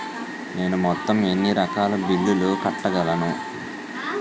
నేను మొత్తం ఎన్ని రకాల బిల్లులు కట్టగలను?